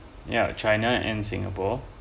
ya china and singapore